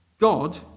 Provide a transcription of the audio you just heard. God